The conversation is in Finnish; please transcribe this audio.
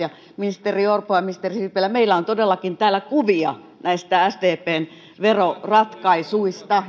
ministeri orpo ja ministeri sipilä meillä on todellakin täällä kuvia näistä sdpn veroratkaisuista